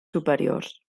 superiors